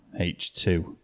H2